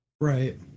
Right